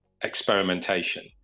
experimentation